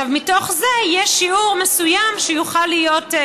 עכשיו, מתוך זה יהיה שיעור מסוים שיוכל להיות,